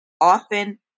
often